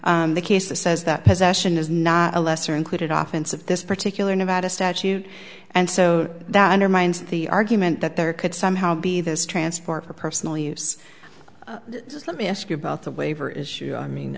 letter the case that says that possession is not a lesser included often since this particular nevada statute and so that undermines the argument that there could somehow be this transport for personal use let me ask you about the waiver issue i mean